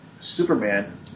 Superman